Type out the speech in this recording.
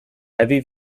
heavy